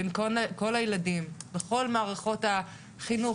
בין כל הילדים בכל מערכות החינוך,